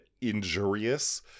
injurious